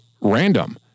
random